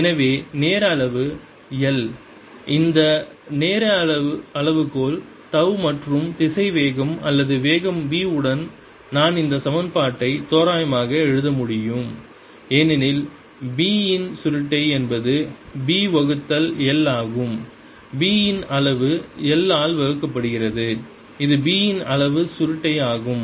எனவே நேர நீள அளவு l நேர அளவுகோல் தவ் மற்றும் திசைவேகம் அல்லது வேகம் v உடன் நான் இந்த சமன்பாட்டை தோராயமாக எழுத முடியும் ஏனெனில் B இன் சுருட்டை என்பது B வகுத்தல் l ஆகும் b இன் அளவு l ஆல் வகுக்கப்படுகிறது இது B இன் அளவு சுருட்டை ஆகும்